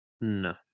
No